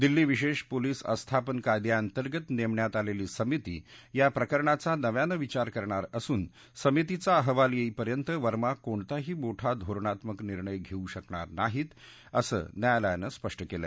दिल्ली विशेष पोलिस अस्थापन कायद्यांतर्गत नेमण्यात आलेली समिती या प्रकरणाचा नव्यानं विचार करणार असून समितीचा अहवाल येईपर्यंत वर्मा कोणताही मोठा धोरणात्मक निर्णय घेऊ शकणार नाहीत असं न्यायालयानं स्पष्ट केलं